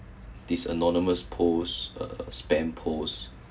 this anonymous post uh spam post